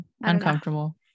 uncomfortable